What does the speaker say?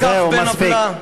לקח בן-עוולה,